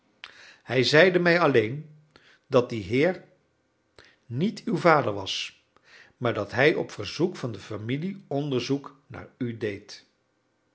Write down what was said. hij zeide mij alleen dat die heer niet uw vader was maar dat hij op verzoek van de familie onderzoek naar u deed